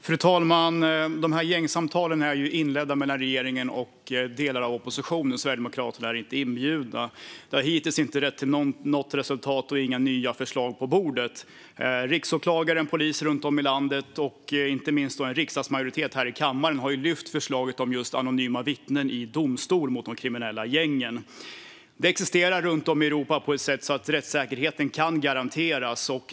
Fru talman! Gängsamtalen mellan regeringen och delar av oppositionen har inletts. Sverigedemokraterna är inte inbjudna. Samtalen har hittills inte lett till något resultat och inte till några nya förslag på bordet. Riksåklagaren, poliser runt om i landet och inte minst en riksdagsmajoritet här i kammaren har lyft förslaget om just anonyma vittnen i domstol mot de kriminella gängen. Detta existerar runt om i Europa på ett sätt som gör att rättssäkerheten kan garanteras.